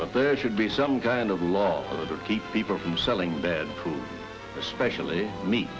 but there should be some kind of law or keep people from selling bad calls especially me